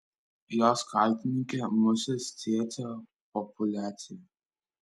jos kaltininkė musės cėcė populiacija